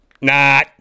Nah